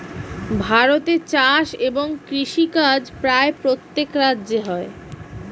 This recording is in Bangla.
ভারতে চাষ এবং কৃষিকাজ প্রায় প্রত্যেক রাজ্যে হয়